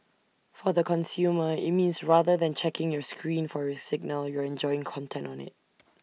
for the consumer IT means rather than checking your screen for A signal you're enjoying content on IT